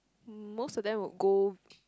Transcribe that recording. most of them would go